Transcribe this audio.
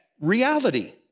reality